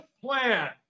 plan